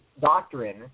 doctrine